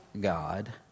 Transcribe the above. God